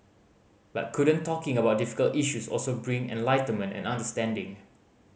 but couldn't talking about difficult issues also bring enlightenment and understanding